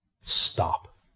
Stop